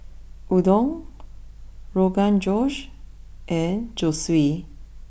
Udon Rogan Josh and Zosui